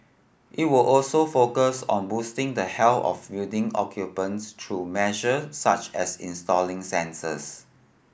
it will also focus on boosting the health of building occupants through measure such as installing sensors